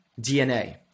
DNA